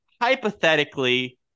hypothetically